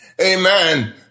Amen